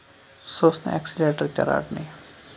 سُہ اوس نہٕ اٮ۪کسِلیٹر تہِ رٹنٕے